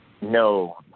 No